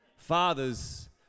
Fathers